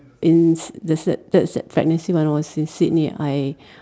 in s~ the third pregnancy when I was in Sydney I